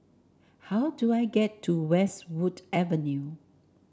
how do I get to Westwood Avenue